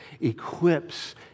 equips